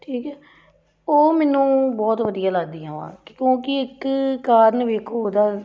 ਠੀਕ ਹੈ ਉਹ ਮੈਨੂੰ ਬਹੁਤ ਵਧੀਆ ਲੱਗਦੀਆਂ ਵਾ ਕਿਉਂਕਿ ਇੱਕ ਕਾਰਨ ਵੇਖੋ ਉਹਦਾ